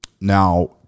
Now